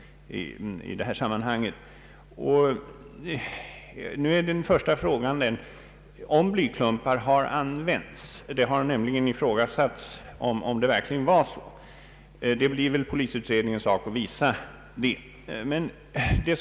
Den första frågan nu är väl om blyklumpar använts. Det har nämligen ifrågasatts, om så verkligen var fallet. Det blir väl polisutredningens sak att avgöra det.